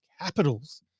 Capitals